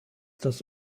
dass